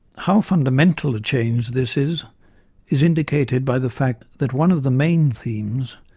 how fundamental a change this is is indicated by the fact that one of the main themes,